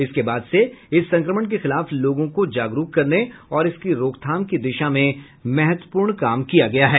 उसके बाद से इस संक्रमण के खिलाफ लोगों को जागरुक करने और इसकी रोकथाम की दिशा में महत्वपूर्ण काम किया गया है